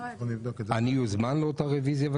אני אוזמן לאותה רוויזיה?